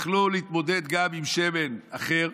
יכלו להתמודד גם עם שמן אחר,